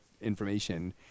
information